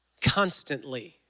constantly